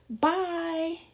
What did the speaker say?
Bye